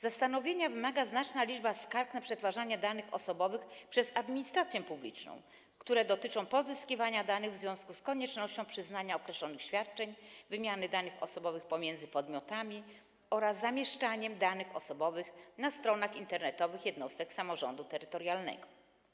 Zastanowienia wymaga znaczna liczba skarg na przetwarzanie danych osobowych przez administrację publiczną, które dotyczą pozyskiwania danych w związku z koniecznością przyznania określonych świadczeń, wymiany danych osobowych pomiędzy podmiotami oraz zamieszczania danych osobowych na stronach internetowych jednostek samorządu terytorialnego.